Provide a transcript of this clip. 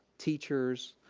teachers,